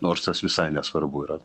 nors tas visai nesvarbu yra